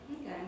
okay